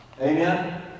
Amen